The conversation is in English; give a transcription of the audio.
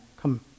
Come